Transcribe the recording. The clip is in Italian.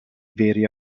veri